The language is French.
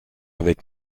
avec